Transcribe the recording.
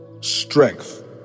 strength